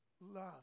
love